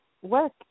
work